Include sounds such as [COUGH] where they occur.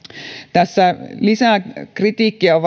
tässä lisäkritiikkiä on [UNINTELLIGIBLE]